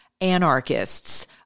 anarchists